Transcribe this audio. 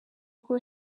rwo